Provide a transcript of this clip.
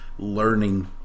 learning